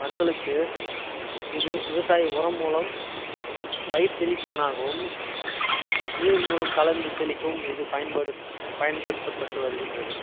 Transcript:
மக்களுக்கு இது விவசாய உரம் மூலம் பயிர் தெளிப்பானாகவும் நீர் மூலம் கலந்து தெளிக்கவும் இது பயன்படு பயன்படுத்தப்பட்டு வருகின்றது